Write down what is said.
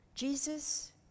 Jesus